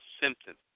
symptoms